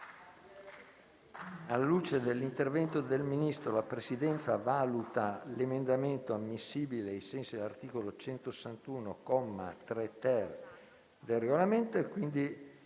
Alla luce dell'intervento del Ministro, la Presidenza valuta l'emendamento ammissibile, ai sensi dell'articolo 161, comma 3-*ter*, del Regolamento.